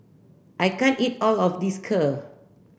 I can't eat all of this Kheer